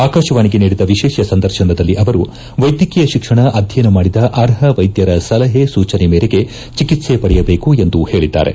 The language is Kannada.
ಆಕಾಶವಾಣಿಗೆ ನೀಡಿದ ವಿಶೇಷ ಸಂದರ್ಶನದಲ್ಲಿ ಅವರು ವೈದ್ಯಕೀಯ ಶಿಕ್ಷಣ ಅಧ್ಯಯನ ಮಾಡಿದ ಅರ್ಹ ವೈದ್ಯರ ಸಲಹೆ ಸೂಚನೆ ಮೇರೆಗೆ ಚಿಕಿತ್ಸೆ ಪಡೆಯಬೇಕು ಎಂದು ಹೇಳಿದ್ದಾರೆ